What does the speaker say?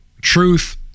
truth